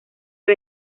del